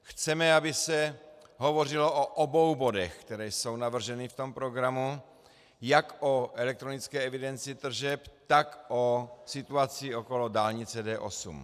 Chceme, aby se hovořilo o obou bodech, které jsou navrženy v programu, jak o elektronické evidenci tržeb, tak o situaci okolo dálnice D8.